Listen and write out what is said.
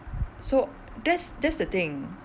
so that's that's the thing